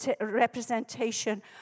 representation